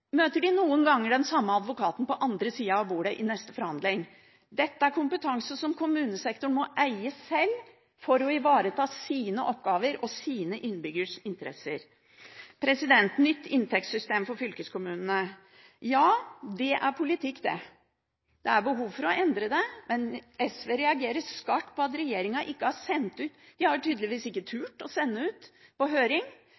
møter de noen ganger den samme advokaten på andre siden av bordet i neste forhandling. Dette er kompetanse som kommunesektoren må eie sjøl for å ivareta sine oppgaver og sine innbyggeres interesser. Nytt inntektssystem for fylkeskommunene – ja, det er politikk, det. Det er behov for å endre det, men SV reagerer skarpt på at regjeringen tydeligvis ikke har turt å sende ut